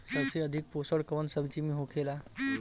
सबसे अधिक पोषण कवन सब्जी में होखेला?